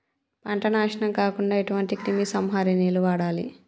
పంట నాశనం కాకుండా ఎటువంటి క్రిమి సంహారిణిలు వాడాలి?